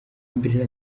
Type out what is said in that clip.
mbere